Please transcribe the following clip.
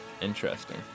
Interesting